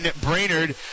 Brainerd